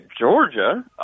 Georgia